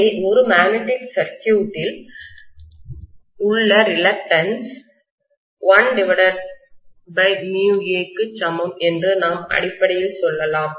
எனவே ஒரு மேக்னெட்டிக் சர்க்யூட்டில் காந்த சுற்றில் உள்ள ரிலக்டன்ஸ் தயக்கம் μA க்கு சமம் என்று நாம் அடிப்படையில் சொல்லலாம்